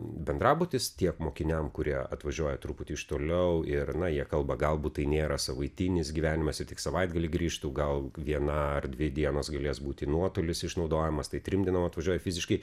bendrabutis tiek mokiniam kurie atvažiuoja truputį iš toliau ir na jie kalba galbūt tai nėra savaitinis gyvenimas jie tik savaitgalį grįžtų gal viena ar dvi dienos galės būti nuotolis išnaudojamas tai trim dienom atvažiuoja fiziškai